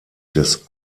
des